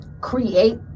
create